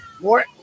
More